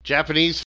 Japanese